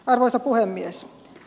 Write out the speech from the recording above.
arvoisa puhemies